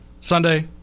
Sunday